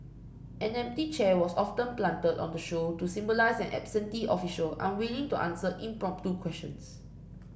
an empty chair was often planted on the show to symbolise an absentee official unwilling to answer impromptu questions